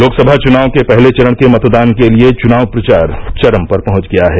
लोकसभा चुनाव के पहले चरण के मतदान के लिये चुनाव प्रचार चरम पर पहुंच गया है